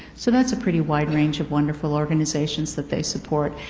so that's a pretty wide range of wonderful organizations that they support,